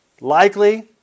Likely